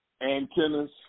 antennas